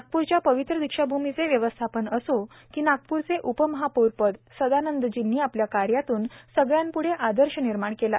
नागपूरच्या पवित्र दीक्षाभूमी चे व्यवस्थापन असो की नागपूरचे उपमहापौर पद सदानंदर्जींनी आपल्या कार्यात्न सगळ्यांपुढे आदर्श निर्माण केला